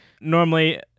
normally